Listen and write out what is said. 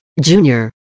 Junior